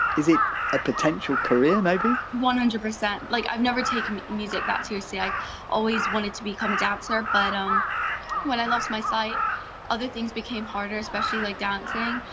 is it a potential career maybe? one hundred percent. like i've never taken music that seriously, i always wanted to become a dancer but um when i lost my sight other things became harder, especially like dancing,